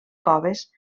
coves